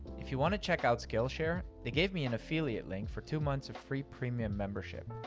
if you wanna check out skillshare, they gave me an affiliate link for two months of free premium membership.